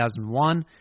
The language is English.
2001